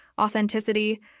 authenticity